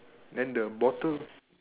then the bottom